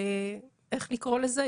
איך לקרוא לזה?